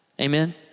Amen